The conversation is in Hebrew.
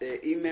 אם היא